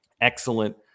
excellent